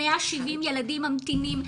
170, ילדים ממתינים.